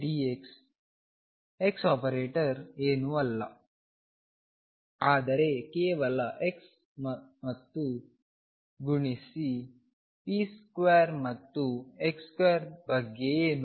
ldx x operator ಏನೂ ಅಲ್ಲ ಆದರೆ ಕೇವಲ x ಮತ್ತು ಗುಣಿಸಿ p2 ಮತ್ತು x2 ಬಗ್ಗೆ ಏನು